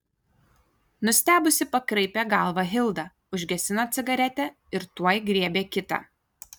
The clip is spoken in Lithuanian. nustebusi pakraipė galvą hilda užgesino cigaretę ir tuoj griebė kitą